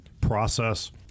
process